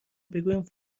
بگویم